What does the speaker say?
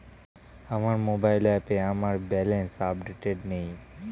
আমার মোবাইল অ্যাপে আমার ব্যালেন্স আপডেটেড নেই